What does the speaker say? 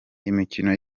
imikino